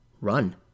Run